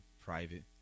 private